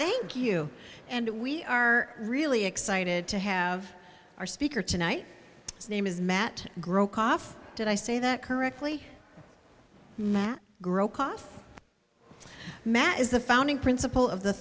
thank you and we are really excited to have our speaker tonight name is matt grow cough did i say that correctly grow coffee matt is the founding principle of the